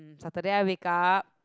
Saturday I wake up